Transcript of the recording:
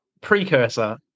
precursor